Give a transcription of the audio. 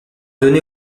donné